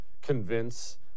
convince